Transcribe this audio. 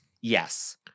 Yes